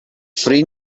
free